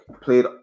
played